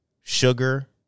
sugar